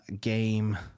game